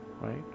right